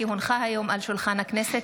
כי הונחה על שולחן הכנסת,